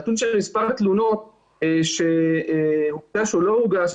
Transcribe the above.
הנתון של מספר התלונות שהוגש או לא הוגש,